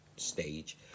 stage